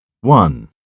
One